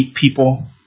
people